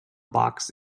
box